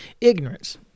ignorance